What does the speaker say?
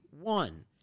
one